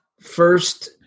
first